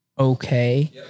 Okay